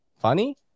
funny